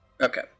okay